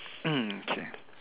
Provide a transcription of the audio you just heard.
mm okay